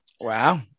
Wow